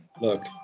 Look